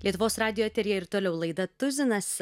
lietuvos radijo eteryje ir toliau laida tuzinas